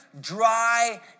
dry